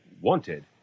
wanted